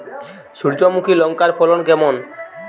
সূর্যমুখী লঙ্কার ফলন কেমন?